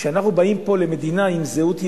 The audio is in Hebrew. שאנחנו באים פה למדינה עם זהות יהודית,